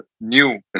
new